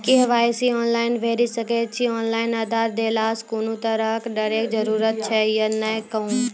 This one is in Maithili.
के.वाई.सी ऑनलाइन भैरि सकैत छी, ऑनलाइन आधार देलासॅ कुनू तरहक डरैक जरूरत छै या नै कहू?